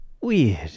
Weird